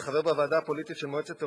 חבר בוועדה הפוליטית של מועצת אירופה,